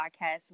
Podcast